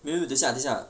没有等下等下